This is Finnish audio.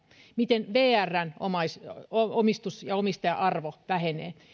miten vrn omistus ja omistaja arvo vähenee